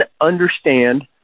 understand